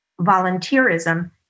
volunteerism